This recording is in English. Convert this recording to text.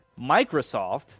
Microsoft